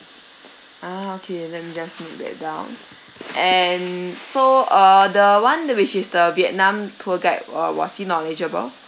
ah okay let me just note that down and so err the one which is the vietnam tour guide uh was he knowledgeable